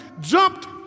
jumped